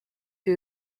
who